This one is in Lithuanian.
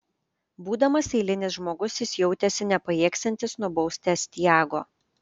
būdamas eilinis žmogus jis jautėsi nepajėgsiantis nubausti astiago